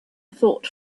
thought